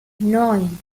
neun